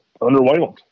underwhelmed